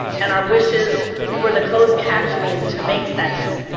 and our wishes for the closed captioning to make sense.